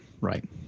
right